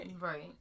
Right